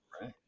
Right